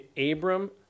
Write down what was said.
Abram